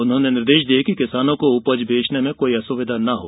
उन्होंने निर्देश दिए कि किसानों को उपज बेचने में कोई असुविधा न हो